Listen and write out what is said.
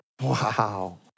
Wow